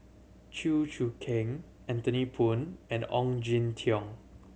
Chew Choo Keng Anthony Poon and Ong Jin Teong